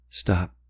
Stop